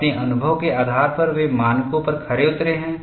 अपने अनुभव के आधार पर वे मानकों पर खरे उतरे हैं